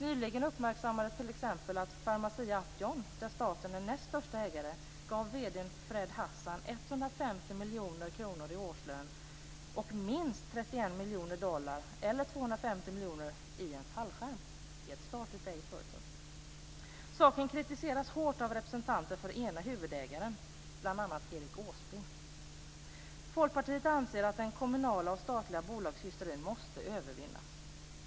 Nyligen uppmärksammades t.ex. att Pharmacia & Upjohn, där staten är näst största ägare, gav vd:n Fred Hassan 150 miljoner kronor i årslön och minst 31 miljoner dollar, eller 250 miljoner kronor, i fallskärm - detta i ett statligt ägt företag. Saken kritiseras hårt av representanter för ena huvudägaren, bl.a. Erik Åsbrink. Folkpartiet anser att den kommunala och statliga bolagshysterin måste övervinnas.